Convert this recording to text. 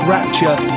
Rapture